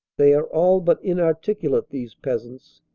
they are all but inarticulate, these peasants.